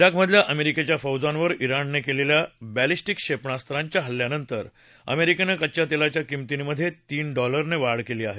जाकमधल्या अमेरिकेच्या फौजांवर ज्ञाणने केलेल्या बॉलिस्टिक क्षेपणास्त्रांच्या हल्ल्यानंतर अमेरिकेनं कच्च्या तेलाच्या किमतींमध्ये तीन डॉलरने वाढ केली आहे